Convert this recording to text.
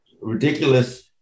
ridiculous